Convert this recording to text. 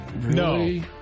No